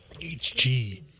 HG